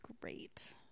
great